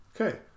Okay